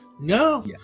No